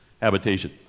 habitation